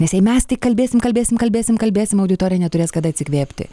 nes jei mes tik kalbėsim kalbėsim kalbėsim kalbėsim auditorija neturės kada atsikvėpti